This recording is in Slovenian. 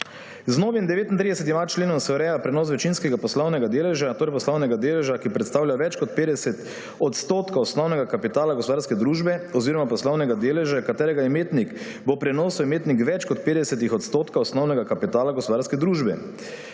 Z novim 39.a členom se ureja prenos večinskega poslovnega deleža, torej poslovnega deleža, ki predstavlja več kot 50 % osnovnega kapitala gospodarske družbe oziroma poslovnega deleža, katerega imetnik bo ob prenosu imetnik več kot 50 % osnovnega kapitala gospodarske družbe.